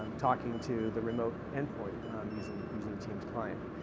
um talking to the remote end point using using the teams client.